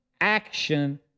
action